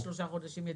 יותר משלושה חודשים.